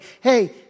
Hey